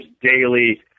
daily